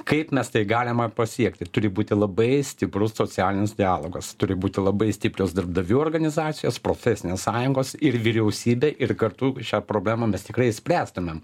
kaip mes tai galima pasiekti turi būti labai stiprus socialinis dialogas turi būti labai stiprios darbdavių organizacijos profesinės sąjungos ir vyriausybė ir kartu šią problemą mes tikrai išspręstumėm